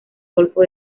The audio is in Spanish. golfo